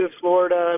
Florida